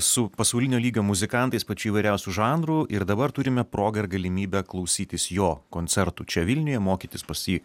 su pasaulinio lygio muzikantais pačių įvairiausių žanrų ir dabar turime progą ir galimybę klausytis jo koncertų čia vilniuje mokytis pas jį